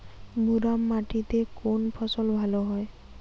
মুরাম মাটিতে কোন ফসল ভালো হয়?